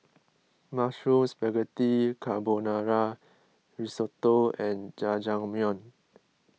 Mushroom Spaghetti Carbonara Risotto and Jajangmyeon